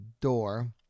door